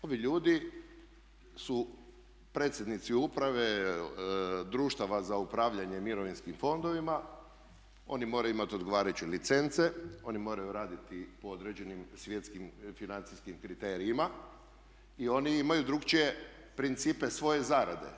Ovi ljudi su predsjednici uprave društava za upravljanje mirovinskim fondovima, oni moraju imati odgovarajuće licence, oni moraju raditi po određenim svjetskim financijskim kriterijima i oni imaju drukčije principe svoje zarade.